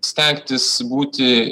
stengtis būti